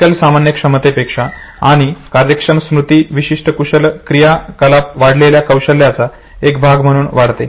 एकल सामान्य क्षमतेपेक्षा आणि कार्यक्षम स्मृती विशिष्ट कुशल क्रियाकलापात वाढलेल्या कौशल्याचा एक भाग म्हणून वाढते